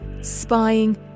spying